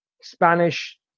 Spanish